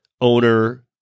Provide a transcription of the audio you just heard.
owner